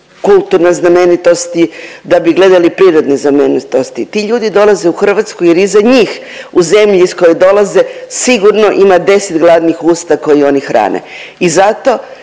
kulturne znamenitosti, da bi gledali prirodne znamenitosti. Ti ljudi dolaze u Hrvatsku jer iza njih u zemlji iz koje dolaze sigurno ima 10 gladnih usta koje oni hrane. I zato